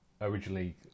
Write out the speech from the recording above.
originally